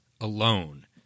alone